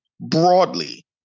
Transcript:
broadly